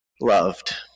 loved